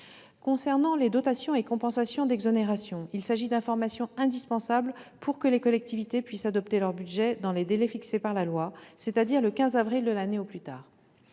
Concernant les dotations et les compensations d'exonération, il s'agit d'informations indispensables pour que les collectivités puissent adopter leur budget dans les délais fixés par la loi, c'est-à-dire le 15 avril de l'année, au plus tard.